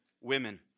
women